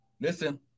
Listen